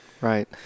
Right